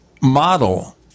model